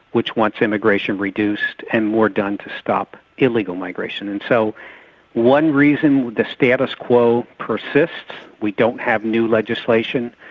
which wants immigration reduced and more done to stop illegal migration. and so one reason the status quo persists, we don't have new legislation,